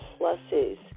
pluses